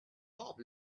bob